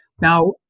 Now